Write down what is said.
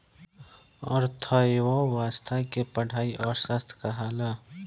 अर्थ्व्यवस्था के पढ़ाई अर्थशास्त्र कहाला